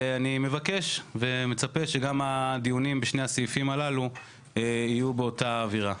אני מצפה שגם הדיונים בשני הסעיפים הללו יהיו באותה אווירה.